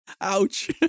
ouch